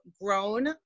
grown